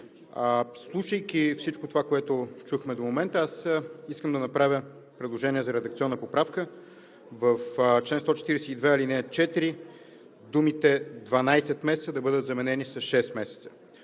Слушайки всичко, което чухме до момента, искам да направя предложение за редакционна поправка: в чл. 142, ал. 4 думите „12 месеца“ да бъдат заменени с „6 месеца“.